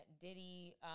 Diddy